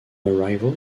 arrival